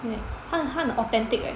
因为他很他很 authentic eh